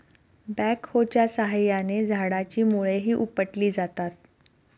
बॅकहोच्या साहाय्याने झाडाची मुळंही उपटली जातात